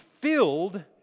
filled